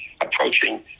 approaching